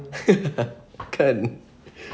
can